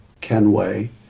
Kenway